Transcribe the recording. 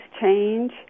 change